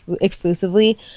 exclusively